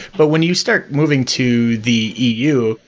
but when you start moving to the eu,